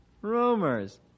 Rumors